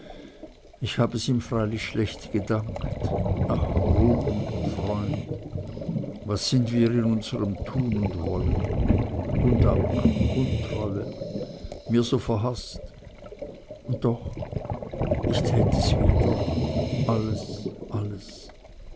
ich hab es ihm freilich schlecht gedankt ach ruben freund was sind wir in unserem tun und wollen undank untreue mir so verhaßt und doch ich tät es wieder alles alles